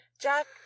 Jack